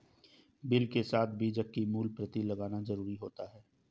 bill के साथ बीजक की मूल प्रति लगाना जरुरी होता है